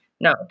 No